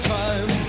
time